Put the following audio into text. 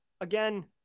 Again